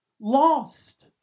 lost